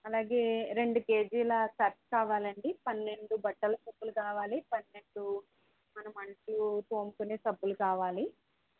అలాగే రెండు కేజీలు సర్ఫ్ కావాలండి పన్నెండు బట్టల సబ్బులు కావాలి పన్నెండు మనం అంట్లు తోముకునే సబ్బులు కావాలి